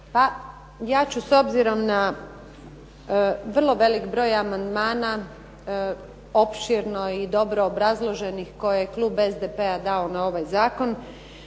ja ću s obzirom na vrlo velik broj amandmana opširno i dobro obrazloženih koji je Klub SDP-a dao na ovaj Zakon,